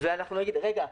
ואנחנו נגיד: רגע,